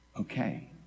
okay